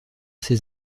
ses